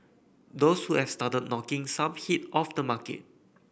those who at started knocking some heat off the market